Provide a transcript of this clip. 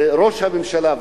וראש הממשלה,